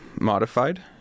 modified